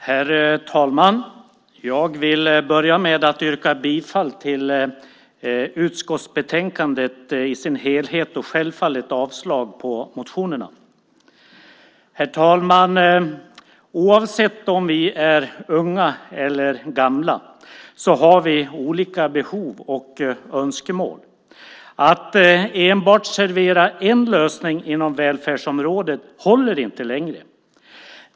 Herr talman! Jag vill börja med att yrka bifall till förslaget i utskottsbetänkandet i dess helhet och självfallet avslag på motionerna. Herr talman! Oavsett om vi är unga eller gamla har vi olika behov och önskemål. Det håller inte längre att enbart servera en lösning inom välfärdsområdet.